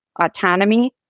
autonomy